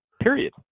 period